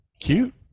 cute